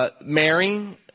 Mary